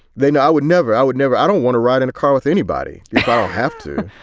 they know i would never. i would never. i don't want to ride in a car with anybody. you have to.